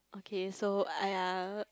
okay so !aiya!